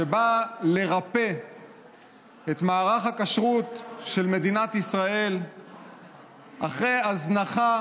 שבאה לרפא את מערך הכשרות של מדינת ישראל אחרי הזנחה